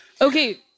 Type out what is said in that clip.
Okay